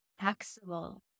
taxable